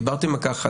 דיברתם על כך,